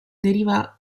deriva